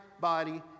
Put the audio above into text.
body